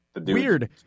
Weird